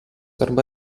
arba